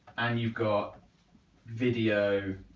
and you've got video